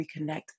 reconnect